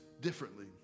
differently